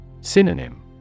Synonym